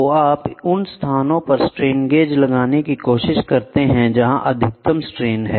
तो आप उन स्थानों पर स्ट्रेन गेज लगाने की कोशिश कर सकते हैं जहां अधिकतम स्ट्रेन है